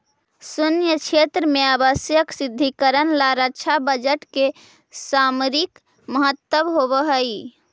सैन्य क्षेत्र में आवश्यक सुदृढ़ीकरण ला रक्षा बजट के सामरिक महत्व होवऽ हई